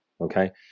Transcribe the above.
okay